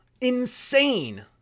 Insane